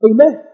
Amen